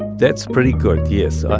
that's pretty good, yes.